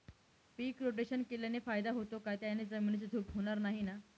पीक rotation केल्याने फायदा होतो का? त्याने जमिनीची धूप होणार नाही ना?